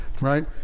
Right